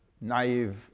naive